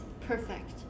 perfect